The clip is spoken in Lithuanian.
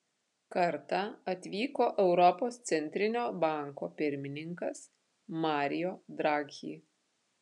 kartą atvyko europos centrinio banko pirmininkas mario draghi